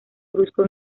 brusco